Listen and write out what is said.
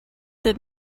did